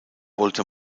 wollte